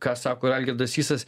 ką sako ir algirdas sysas